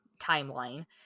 timeline